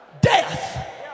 Death